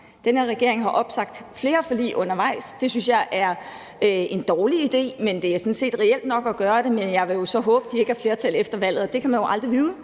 Den her regering har opsagt flere forlig undervejs, og det synes jeg er en dårlig idé, men det er sådan set reelt nok at gøre det. Men jeg vil jo så håbe, at de ikke har flertal efter valget, men det kan man jo aldrig vide.